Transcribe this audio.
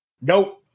Nope